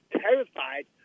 terrified